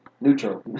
Neutral